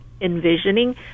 envisioning